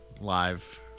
live